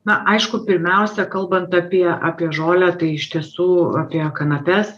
na aišku pirmiausia kalbant apie apie žolę tai iš tiesų apie kanapes